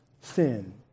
sin